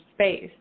space